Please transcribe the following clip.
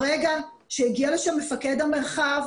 ברגע שהגיע לשם מפקד המרחב,